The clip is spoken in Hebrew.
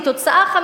כתוצאה מכך,